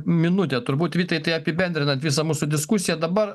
minutė turbūt vytai tai apibendrinant visą mūsų diskusiją dabar